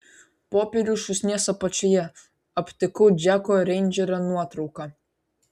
popierių šūsnies apačioje aptikau džeko reindžerio nuotrauką